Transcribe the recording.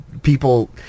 people